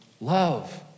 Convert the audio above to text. Love